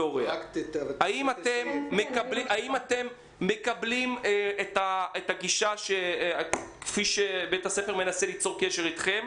רויטמן: האם אתם מקבלים את הגישה כפי שבית הספר מנסה ליצור קשר אתכם?